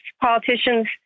politicians